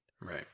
Right